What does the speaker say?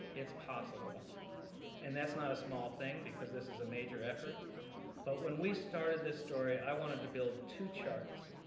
it's possible and that's not a small thing because this is a major effort but when we started this story, i wanted to build two charts.